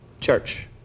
church